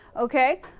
Okay